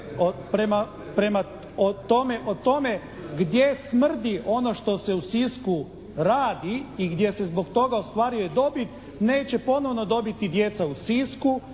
o tome gdje smrdi ono što se u Sisku radi i gdje se zbog toga ostvaruje dobit neće ponovno dobiti djeca u Sisku